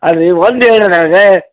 ಅಲ್ಲ ರೀ ಒಂದು ಹೇಳಿ ರೀ ನನಗೆ